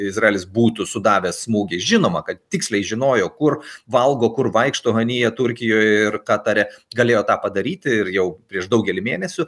izraelis būtų sudavęs smūgį žinoma kad tiksliai žinojo kur valgo kur vaikšto hanija turkijoj ir katare galėjo tą padaryti ir jau prieš daugelį mėnesių